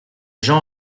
gens